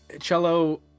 cello